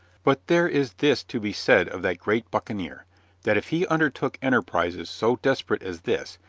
but there is this to be said of that great buccaneer that if he undertook enterprises so desperate as this,